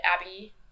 abby